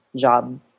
job